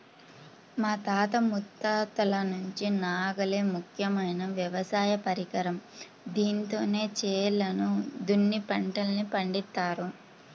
మా తాత ముత్తాతల నుంచి నాగలే ముఖ్యమైన వ్యవసాయ పరికరం, దీంతోనే చేలను దున్ని పంటల్ని పండిత్తారు